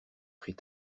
pris